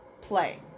play